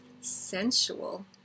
sensual